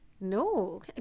No